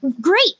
great